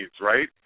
right